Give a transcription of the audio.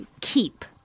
keep